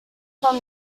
from